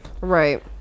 right